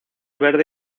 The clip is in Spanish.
verde